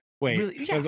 Wait